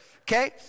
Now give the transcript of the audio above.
okay